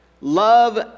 Love